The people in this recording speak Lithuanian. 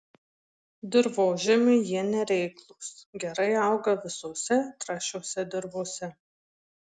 dirvožemiui jie nereiklūs gerai auga visose trąšiose dirvose